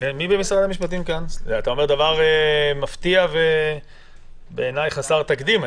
אתה אומר דבר מפתיע ובעיניי חסר תקדים.